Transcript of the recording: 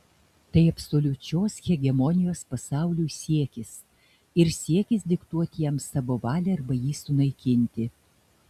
tai absoliučios hegemonijos pasauliui siekis ir siekis diktuoti jam savo valią arba jį sunaikinti